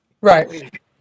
Right